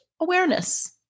awareness